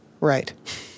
Right